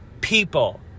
people